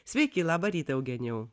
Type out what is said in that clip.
sveiki labą rytą eugenijau